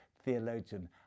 theologian